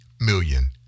million